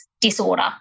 disorder